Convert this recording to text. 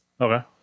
Okay